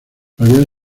habían